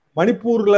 Manipur